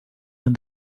when